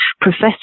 professor